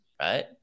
right